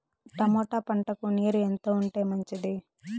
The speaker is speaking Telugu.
టమోటా పంటకు నీరు ఎంత ఉంటే మంచిది?